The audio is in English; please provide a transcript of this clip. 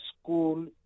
school